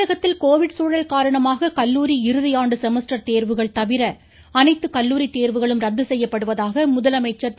தமிழகத்தில் கோவிட் சூழல் காரணமாக கல்லூரி இறுதி ஆண்டு செமஸ்டர் தேர்வுகள் தவிர அனைத்து கல்லூரி தேர்வுகளும் ரத்து செய்யப்படுவதாக முதலமைச்சர் திரு